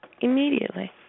immediately